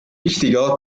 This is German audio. wichtiger